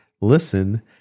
listen